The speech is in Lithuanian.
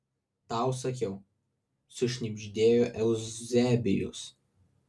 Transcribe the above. tau sakiau sušnibždėjo euzebijus